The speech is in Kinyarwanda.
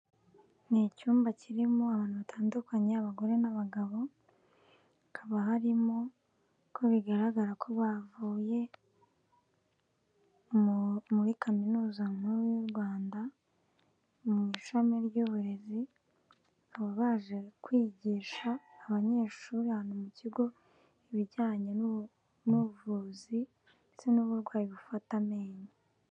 Ni icyumba kirimo abantu batandukanye, abagore n'abagabo, hakaba harimo ko bigaragara ko bavuye muri kaminuza nkuru y'u Rwanda, mu ishami ry'uburezi, bakaba baje kwigisha abanyeshuri ahantu mu kigo, ibijyanye n'ubuvuzi, ndetse n'uburwayi bufata amenyo.